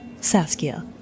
Saskia